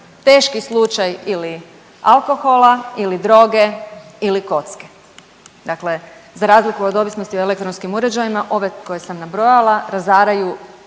teški slučaj ili alkohola ili droge ili kocke. Dakle, za razliku o ovisnosti o elektronskim uređajima ove koje sam nabrojala razaraju,